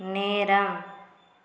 நேரம்